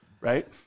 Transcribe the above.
right